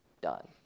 done